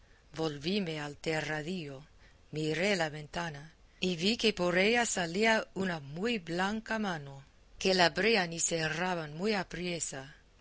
caña volvíme al terradillo miré la ventana y vi que por ella salía una muy blanca mano que la abrían y cerraban muy apriesa